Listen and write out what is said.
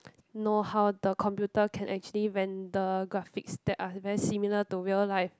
know how the computer can actually render graphics that are very similar to real life